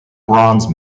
bronze